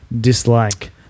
dislike